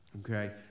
Okay